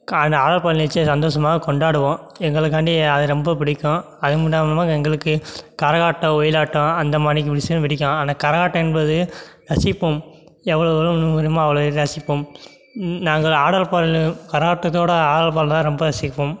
கா அந்த ஆடல் பாடல் நிகழ்ச்சிய சந்தோஷமாக கொண்டாடுவோம் எங்களுக்காண்டி அது ரொம்ப பிடிக்கும் அது மட்டும் இல்லாமல் எங்களுக்கு கரகாட்டம் ஒயிலாட்டம் அந்த மாரிங்க விஷயம் பிடிக்கும் ஆனால் கரகாட்டம் என்பது ரசிப்போம் எவ்வளோ எவ்வளோ விரும்புறோமோ அவ்வளோ இது ரசிப்போம் நாங்கள் ஆடல் பாடல் கரகாட்டத்தோடு ஆடல் பாடல் தான் ரொம்ப ரசிப்போம்